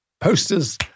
posters